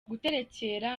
guterekera